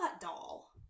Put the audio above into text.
doll